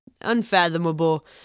unfathomable